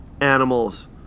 animals